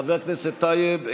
חבר הכנסת טייב,